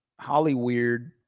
Hollyweird